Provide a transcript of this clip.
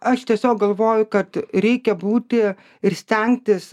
aš tiesiog galvoju kad reikia būti ir stengtis